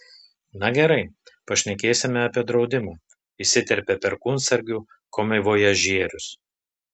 na gerai pašnekėsime apie draudimą įsiterpė perkūnsargių komivojažierius